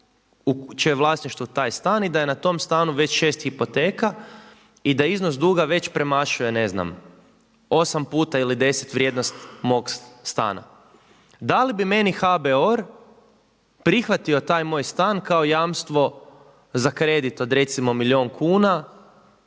u čijem je vlasništvu taj stan i da je na tom stanu već 6 hipoteka i da iznos duga već premašuje ne znam 8 puta ili 10 vrijednost mog stana. Da li bi meni HBOR prihvatio taj moj stan kao jamstvo za kredit od recimo milijun kuna